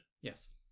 Yes